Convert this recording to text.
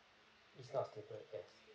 is not stable yes